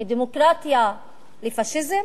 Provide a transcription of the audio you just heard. מדמוקרטיה לפאשיזם?